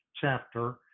chapter